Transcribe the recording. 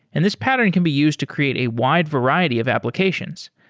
and this pattern can be used to create a wide variety of applications.